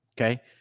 Okay